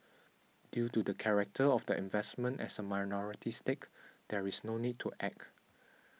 due to the character of the investment as a minority stake there is no need to act